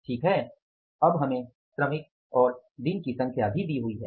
ठीक है अब हमें श्रमिक और दिन की संख्या भी दी हुई है